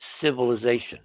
Civilization